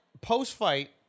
Post-fight